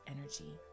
energy